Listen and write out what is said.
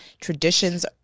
Traditions